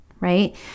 right